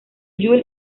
julie